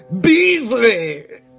Beasley